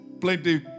plenty